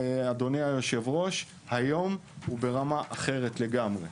אדוני היושב-ראש היום ברמה אחרת לגמרי.